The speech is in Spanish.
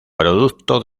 producto